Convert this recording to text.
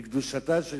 את קדושתה של